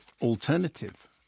alternative